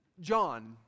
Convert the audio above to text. John